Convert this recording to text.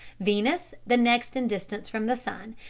venus, the next in distance from the sun,